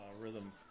rhythm